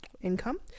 income